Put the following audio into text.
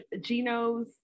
gino's